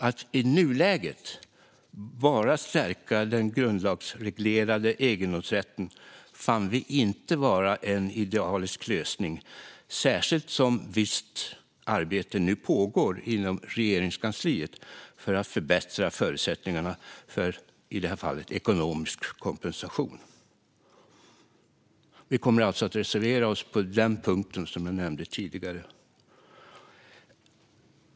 Att i nuläget bara stärka den grundlagsreglerade egendomsrätten fann vi inte vara en idealisk lösning, särskilt som visst arbete nu pågår inom Regeringskansliet för att förbättra förutsättningarna för i det här fallet ekonomisk kompensation. Vi kommer alltså att reservera oss på den punkten, som jag nämnde tidigare.